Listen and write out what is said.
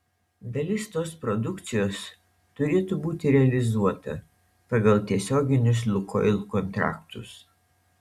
dalis tos produkcijos turėtų būti realizuota pagal tiesioginius lukoil kontraktus